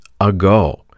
ago